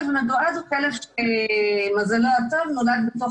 כלב מתועד הוא כלב שמזלו הטוב נולד בתוך